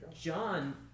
John